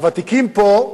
הוותיקים פה,